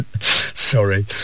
Sorry